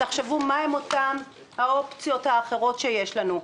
תחשבו מה הן אותן האופציות האחרות שיש לנו.